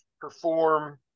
perform